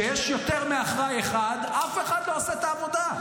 כשיש יותר מאחראי אחד, אף אחד לא עושה את העבודה.